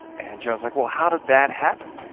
and joan's like well, how did that happen?